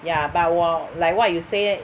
ya but 我 like what you say